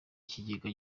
kigega